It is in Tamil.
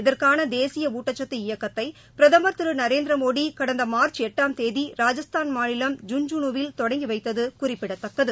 இதற்கானதேசியஊட்டச்சத்து இயக்கத்தைபிரதமா் திருநரேந்திரமோடிகடந்தமாா்ச் எட்டாம் தேதி ராஜஸ்தான் மாநிலம் ஜுன்ஜூனுவில் தொடங்கிவைத்ததுகுறிப்பிடத்தக்கது